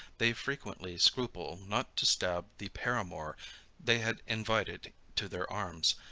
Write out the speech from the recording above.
they frequently scruple not to stab the paramour they had invited to their arms,